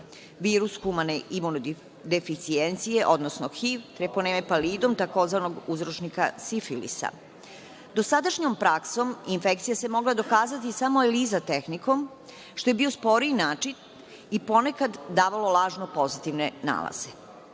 virus humane imunodeficijencije, odnosno HIV, treponeme palidum tzv. uzročnika sifilisa. Dosadašnjom praksom infekcija se mogla dokazati samo Eliza tehnikom, što je bio sporiji način i ponekad davala lažno pozitivne nalaze.